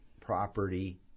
property